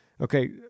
Okay